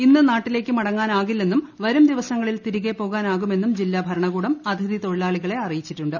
ഇന്ന് നാട്ടിലേക്ക് മടങ്ങാനാകില്ലെന്നും വരുംദിവസങ്ങളിൽ തിരികെ പോകാനാകുമെന്നും ജില്ലാ ഭരണകൂടം അതിഥി തൊഴിലാളികളെ അറിയിച്ചിട്ടുണ്ട്